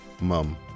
Mum